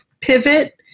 pivot